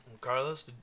carlos